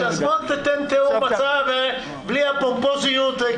אז תן תיאור מצב ובלי הפומפוזיות.